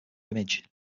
image